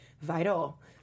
vital